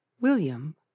William